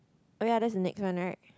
oh ya that's the next one right